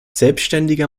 selbständiger